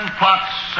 plots